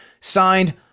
signed